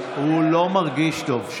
אף אחד לא הרחיק אותו, הוא לא מרגיש טוב.